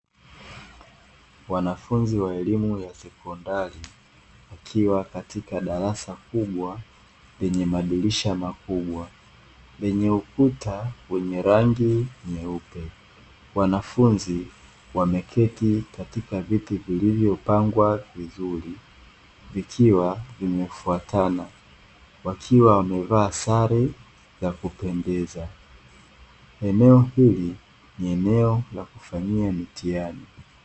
Wanafunzi wa elimu ya sekondari wakiwa katika darasa kubwa lenye madirisha makubwa, lenye ukuta wenye rangi nyeupe,, wanafunzi wameketi katika viti vilivyopangwa vizuri vikiwa vimefuatana wakiwa wamevaa sare za kupendeza. Eneo hili ni eneo la kufanyia mitihani.